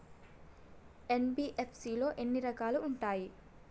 NBFC లో ఎన్ని రకాలు ఉంటాయి?